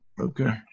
Okay